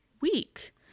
week